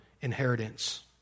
inheritance